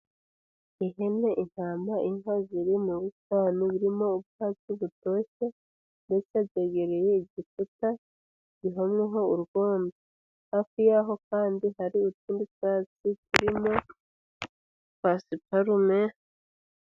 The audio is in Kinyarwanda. Ihene, intama, inka, ziri mu busitani burimo ubwatsi butoshye, ndetse byegereye igikuta gihomyeho urwondo. Hafi yaho kandi hari utundi twatsi turimo pasiparume.